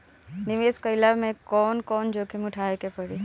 निवेस कईला मे कउन कउन जोखिम उठावे के परि?